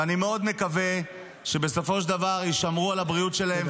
אני מאוד מקווה שבסופו של דבר ישמרו על הבריאות שלהם,